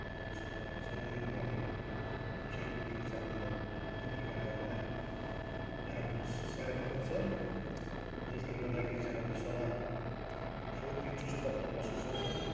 हाम्रो चल्ने हुनाले खेलकुदले चाहिँ हामीलाई त्यो प्रकारले हामीलाई हेल्प गर् सहायता गर्छ जसले गर्दाखेरि चाहिँ हामी सदा फुर्ति चुस्त भएर बस्नुसक्छौँ